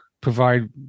provide